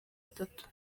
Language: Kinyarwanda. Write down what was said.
atatu